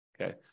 Okay